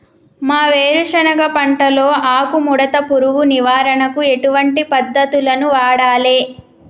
మా వేరుశెనగ పంటలో ఆకుముడత పురుగు నివారణకు ఎటువంటి పద్దతులను వాడాలే?